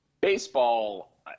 Baseball